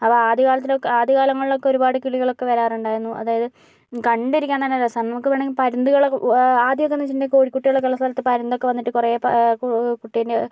അപ്പം ആദ്യ കാലത്തില് ഒക്കെ ആദ്യ കാലങ്ങളിലൊക്കെ ഒരുപാട് കിളികൾ ഒക്കെ വരാറുണ്ടായിരുന്നു അതായത് കണ്ടിരിക്കാൻ തന്നെ രസമാണ് നമുക്ക് വേണമെങ്കിൽ പരുന്തുകളെ ഓ ആദ്യോക്കെന്ന് വെച്ചിട്ടുണ്ടെങ്കി കോഴികുട്ടികളൊക്കെ ഉള്ള സ്ഥലത്ത് പരുന്തൊക്കെ വന്നിട്ട് കുറെ പ കുട്ടിൻ്റെ